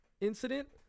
incident